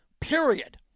period